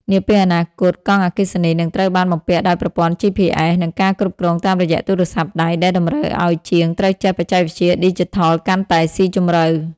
នាពេលអនាគត កង់អគ្គិសនីនឹងត្រូវបានបំពាក់ដោយប្រព័ន្ធ GPS និងការគ្រប់គ្រងតាមរយៈទូរស័ព្ទដៃ ដែលតម្រូវឱ្យជាងត្រូវចេះបច្ចេកវិទ្យាឌីជីថលកាន់តែស៊ីជម្រៅ។